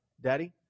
Daddy